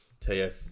TF